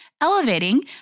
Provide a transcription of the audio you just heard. elevating